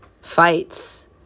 fights